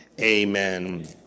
amen